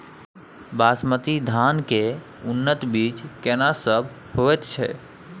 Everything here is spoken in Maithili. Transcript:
बासमती धान के उन्नत बीज केना सब होयत छै?